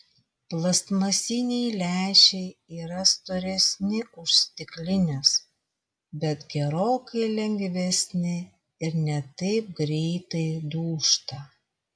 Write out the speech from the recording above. plastmasiniai lęšiai yra storesni už stiklinius bet gerokai lengvesni ir ne taip greitai dūžta